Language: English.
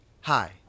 hi